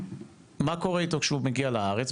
מה קורה איתו כשהוא מגיע לארץ?